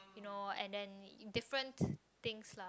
you know and then in different things lah